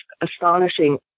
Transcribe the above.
astonishing